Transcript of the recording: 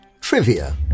Trivia